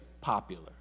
popular